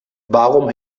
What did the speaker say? warum